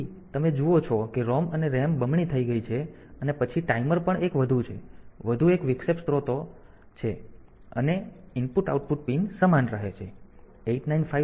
તેથી તમે જુઓ છો કે ROM અને RAM બમણી થઈ ગઈ છે અને પછી ટાઈમર પણ 1 છે વધુ વિક્ષેપ સ્ત્રોતો પણ 2 વધુ છે અને IO પિન સમાન રહે છે